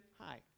hi